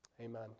Amen